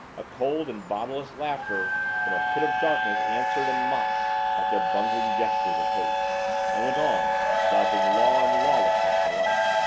a cold and bodiless laughter from a pit of darkness answered and mocked at their bungling gestures of hate and went on, flouting law and lawless alike.